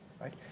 right